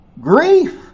grief